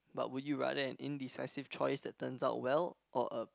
but would you rather an indecisive choice that turns out well or a